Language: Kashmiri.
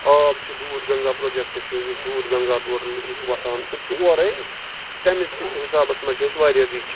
آب چھُ دوٗد گَنگا پروجیکٹ چھُ یُس دوٗد گَنگا تورٕ یہِ چھُ وَسان سُہ تہِ چھُ اورٕے تَمہِ حِسابَس منٛز چھِ أسۍ واریاہ رِچ